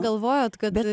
galvojot kad a